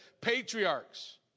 patriarchs